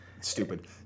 Stupid